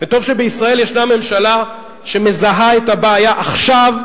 וטוב שבישראל ישנה ממשלה שמזהה את הבעיה עכשיו,